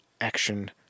action